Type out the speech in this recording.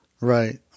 Right